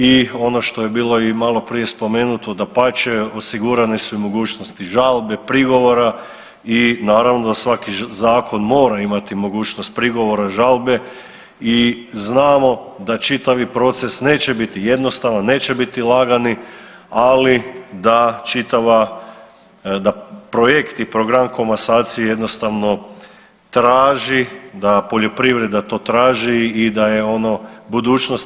I ono što je bilo i maloprije spomenuto, dapače osigurane su i mogućnosti žalbe, prigovora i naravno da svaki zakon mora imati mogućnost prigovora, žalbe i znamo da čitavi proces neće biti jednostavan, neće biti lagani, ali da čitava, da projekt i program komasacije jednostavno traži da poljoprivreda to traži i da je ono budućnost.